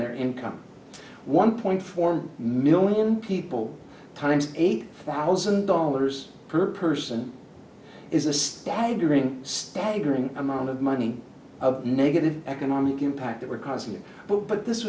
their income one point four million people times eight thousand dollars per person is a staggering staggering amount of money of negative economic impact that we're causing it but but this